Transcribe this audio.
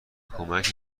کمکت